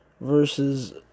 Versus